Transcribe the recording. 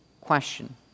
question